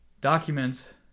documents